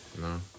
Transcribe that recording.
No